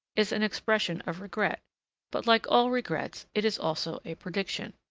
is an expression of regret but, like all regrets, it is also a prediction.